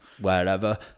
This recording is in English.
wherever